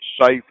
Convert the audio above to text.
safe